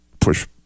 push